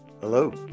Hello